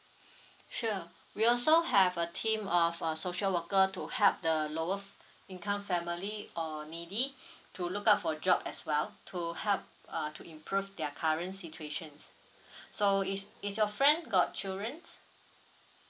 sure we also have a team of uh social worker to help the lower f~ income family or needy to look out for job as well to help uh to improve their current situations so is is your friend got childrens